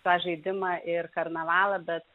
tą žaidimą ir karnavalą bet